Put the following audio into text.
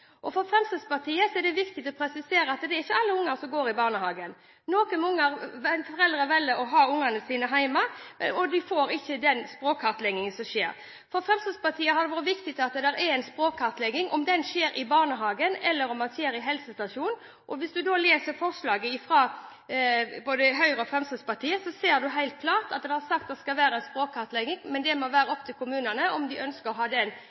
barnehagene. For Fremskrittspartiet er det viktig å presisere at det er ikke alle unger som går i barnehagen. Noen foreldre velger å ha ungene sine hjemme, og de ungene får ikke denne språkkartleggingen. For Fremskrittspartiet er det viktig at det er en språkkartlegging, enten den skjer i barnehagen eller på helsestasjonen. Hvis en leser forslaget fra Høyre og Fremskrittspartiet, ser en helt klart at det skal være en språkkartlegging, men at det må være opp til kommunene om de ønsker å ha den